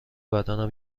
بدنم